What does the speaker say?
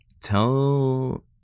Tell